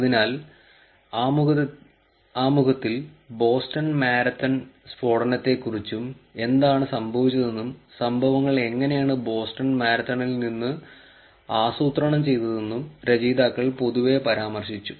അതിനാൽ ആമുഖത്തിൽ ബോസ്റ്റൺ മാരത്തൺ സ്ഫോടനത്തെക്കുറിച്ചും എന്താണ് സംഭവിച്ചതെന്നും സംഭവങ്ങൾ എങ്ങനെയാണ് ബോസ്റ്റൺ മാരത്തണിൽ നിന്ന് ആസൂത്രണം ചെയ്തതെന്നും രചയിതാക്കൾ പൊതുവെ പരാമർശിച്ചു